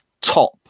top